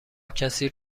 کسی